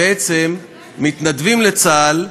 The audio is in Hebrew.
בעצם מתנדבים לצה"ל,